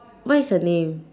what is the name